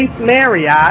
marriott